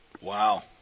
Wow